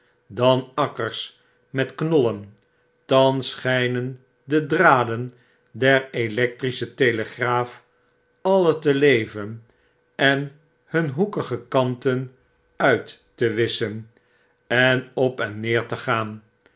dan akkers met knollen thans schpen de draden derelectrische telegraaf alle te leven en hun hoekige kanten uit te wisschen en op en neer te gaan